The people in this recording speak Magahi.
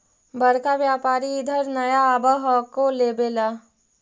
बड़का व्यापारि इधर नय आब हको लेबे ला?